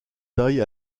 taille